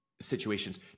situations